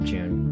June